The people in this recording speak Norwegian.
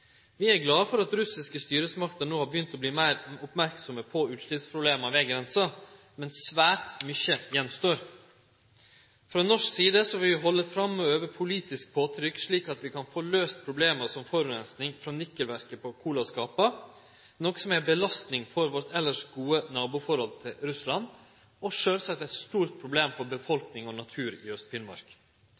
er glad for at russiske styresmakter no har begynt å verte meir merksame på utsleppsproblema ved grensa, men svært mykje står att. Frå norsk side vil vi halde fram med å øve politisk påtrykk, slik at vi kan få løyst problema som forureining frå nikkelverka på Kola skaper, noko som er ei belastning på vårt elles gode naboforhold til Russland og sjølvsagt eit stort problem for befolkning og natur i